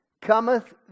cometh